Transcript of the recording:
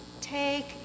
take